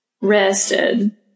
rested